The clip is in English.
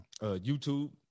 YouTube